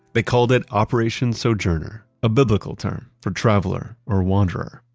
they called it operation sojourner, a biblical term for traveler or wanderer.